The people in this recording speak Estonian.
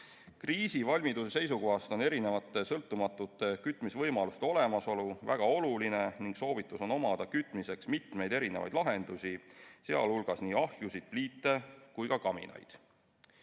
Kriisivalmiduse seisukohast on erinevate sõltumatute kütmisvõimaluste olemasolu väga oluline ning soovitus on omada kütmiseks mitmeid erinevaid lahendusi, sealhulgas nii ahjusid, pliite kui ka kaminaid.